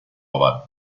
oval